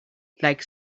like